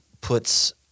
puts